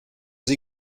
sie